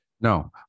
No